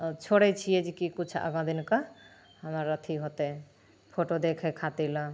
छोड़ै छिए जेकि किछु आगाँ दिनके हमर अथी होतै फोटो देखै खातिरले